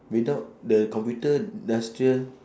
without the computer the industrial